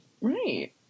Right